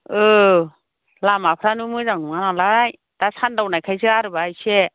औ लामाफ्रानो मोजां नङानालाय दा सानदावनायखायसो आरोमा एसे